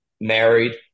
married